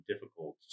difficult